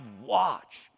watch